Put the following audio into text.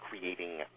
creating